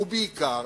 ובעיקר,